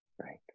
right